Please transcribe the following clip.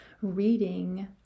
reading